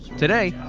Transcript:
today,